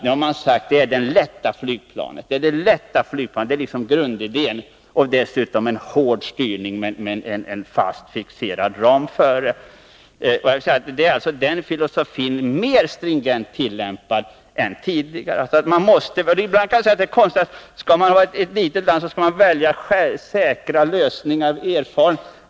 Nu har man sagt att det skall handla om det lätta flygplanet — det är liksom grundidén — och att det skall vara en hård styrning med en fast, fixerad ram. Det är alltså filosofin, och den är mer stringent tillämpad nu än tidigare. Det kan kanske verka konstigt — är man ett litet land skall man välja säkra lösningar, kunde man tycka.